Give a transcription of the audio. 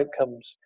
outcomes